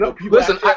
Listen